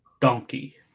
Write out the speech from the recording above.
donkey